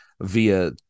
via